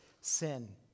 sin